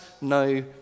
no